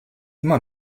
immer